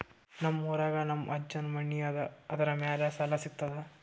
ನಮ್ ಊರಾಗ ನಮ್ ಅಜ್ಜನ್ ಮನಿ ಅದ, ಅದರ ಮ್ಯಾಲ ಸಾಲಾ ಸಿಗ್ತದ?